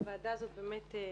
הוועדה הזו באמת,